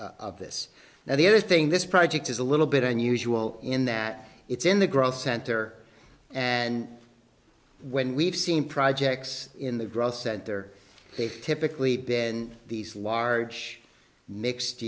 of this and the other thing this project is a little bit unusual in that it's in the growth center and when we've seen projects in the growth center they've typically been these large mixed